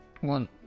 one